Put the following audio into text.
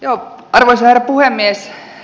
arvoisa herra puhemies